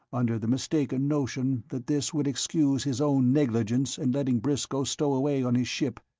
under the mistaken notion that this would excuse his own negligence in letting briscoe stow away on his ship,